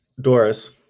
Doris